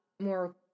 more